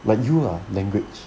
like you ah language